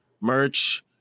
merch